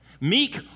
Meek